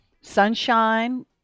sunshine